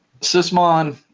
Sysmon